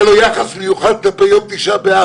היה לו יחס מיוחד כלפי יום ט' באב",